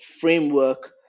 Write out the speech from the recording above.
framework